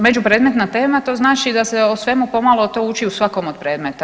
Međupredmetna tema to znači da se o svemu pomalo to uči u svakom od predmeta.